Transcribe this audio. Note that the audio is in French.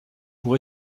pour